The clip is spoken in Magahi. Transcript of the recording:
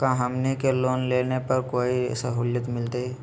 का हमनी के लोन लेने पर कोई साहुलियत मिलतइ?